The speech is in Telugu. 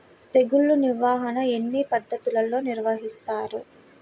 తెగులు నిర్వాహణ ఎన్ని పద్ధతులలో నిర్వహిస్తారు?